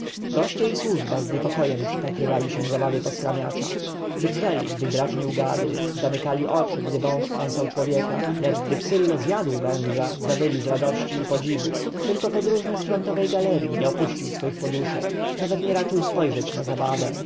goście i służba z niepokojem przypatrywali się zabawie poskramiacza drżeli gdy drażnił gady zamykali oczy gdy wąż kąsał człowieka lecz gdy psyllo zjadł węża zawyli z radości i podziwu tylko podróżny z frontowej galerji nie opuścił swoich poduszek nawet nie raczył spojrzeć na zabawę